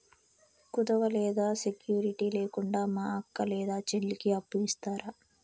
కుదువ లేదా సెక్యూరిటి లేకుండా మా అక్క లేదా చెల్లికి అప్పు ఇస్తారా?